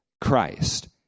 Christ